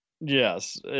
Yes